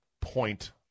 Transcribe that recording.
point